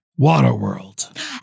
Waterworld